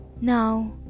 Now